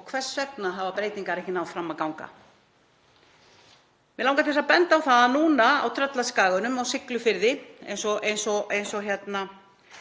Og hvers vegna hafa breytingar ekki náð fram að ganga? Mig langar til að benda á það að núna á Tröllaskaga, á Siglufirði, sem telst